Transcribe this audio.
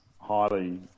highly